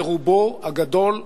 ברובו הגדול אלים,